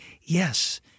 yes